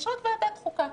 יש רק ועדת חוקה.